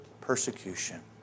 persecution